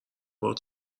باهات